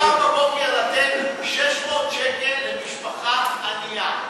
מחר בבוקר לתת 600 שקל למשפחה ענייה,